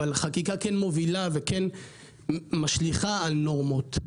אבל חקיקה כן מובילה וכן משליכה על נורמות,